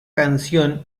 canción